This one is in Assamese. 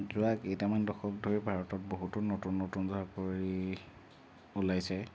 যোৱা কেইটামান দশক ধৰি ভাৰতত বহুতো নতুন নতুন চাকৰি ওলাইছে